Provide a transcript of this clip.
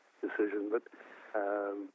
decision—but